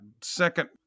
second